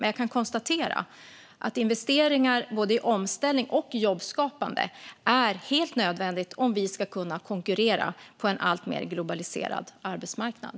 Jag kan dock konstatera att investeringar i både omställning och jobbskapande är helt nödvändiga om vi ska kunna konkurrera på en alltmer globaliserad arbetsmarknad.